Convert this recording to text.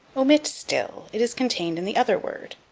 omit still it is contained in the other word.